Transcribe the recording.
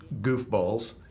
goofballs